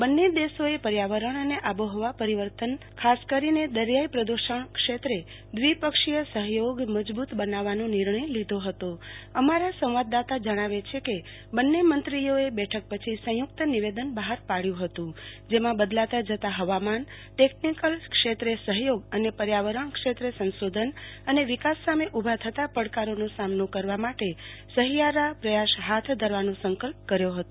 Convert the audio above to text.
બંને દેશોએ પર્યાવરણ અને આબોહવા પરિવર્તન ખાસ કરીને દરિથાઈ પ્રદૃષણ ક્ષેત્રે દ્રિપક્ષીય સહયોગ મજબુત બનાવવાનો નિર્ણય લીધો હતો અમારા સંવાદદાતા જણાવે છે કે બંન્ને મંત્રીઓએ બેઠક પછી સંયુક્ત નિવેદન બહાર પાડ્યુ હતું જેમાં બદલાતા જતાં હવામાનટેકનિકલ ક્ષેત્રે સહયોગ અને પર્યાવરણ ક્ષેત્રે સંશોધન અને વિકાસ સામે ઉભા થતાં પડકારોનો સામનો કરવા માટે સહિયારા પ્રચાસ હાથ ધરવાનો સંકલ્પ કરાયો હતો